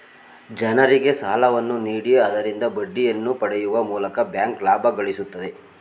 ಜನರಿಗೆ ಸಾಲವನ್ನು ನೀಡಿ ಆದರಿಂದ ಬಡ್ಡಿಯನ್ನು ಪಡೆಯುವ ಮೂಲಕ ಬ್ಯಾಂಕ್ ಲಾಭ ಗಳಿಸುತ್ತದೆ